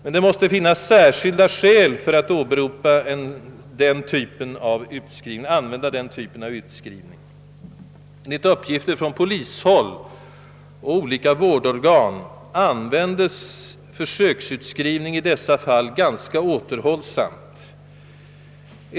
Men det måste finnas särskilda skäl för att använda den typen av utskrivning. Enligt uppgift från polishåll och olika vårdorgan används försöksutskrivning i dessa fall ganska återhållsamt.